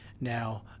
Now